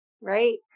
Right